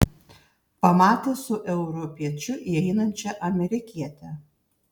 pamatė su europiečiu įeinančią amerikietę